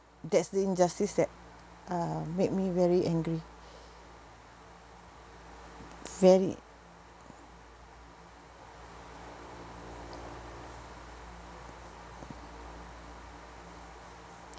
that's the injustice that uh make me very angry very